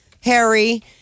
Harry